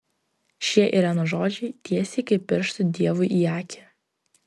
šie irenos žodžiai tiesiai kaip pirštu dievui į akį